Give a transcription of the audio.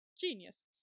Genius